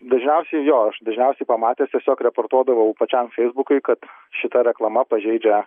dažniausiai jo aš dažniausiai pamatęs tiesiog reportuodavau pačiam feisbukui kad šita reklama pažeidžia